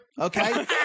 okay